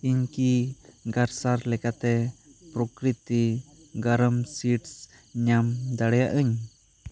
ᱤᱧ ᱠᱤ ᱜᱟᱨᱥᱟᱨ ᱞᱮᱠᱟᱛᱮ ᱯᱨᱚᱠᱨᱤᱛᱤ ᱜᱨᱟᱢ ᱥᱤᱰᱥ ᱧᱟᱢ ᱫᱟᱲᱮᱭᱟᱜᱼᱟᱹᱧ